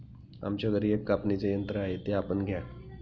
आमच्या घरी एक कापणीचे यंत्र आहे ते आपण घ्या